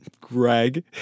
greg